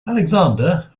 alexander